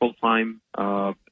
full-time